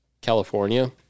California